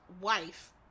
wife